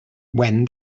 when